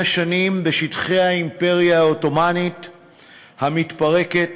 שנים בשטחי האימפריה העות'מאנית המתפרקת,